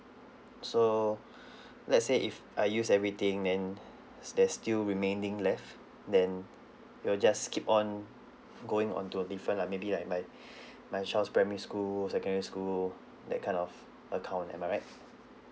so let's say if I use everything then if there's still remaining left then it'll just keep on going onto a different like maybe like my my child's primary school secondary school that kind of account am I right